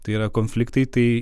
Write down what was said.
tai yra konfliktai tai